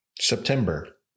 September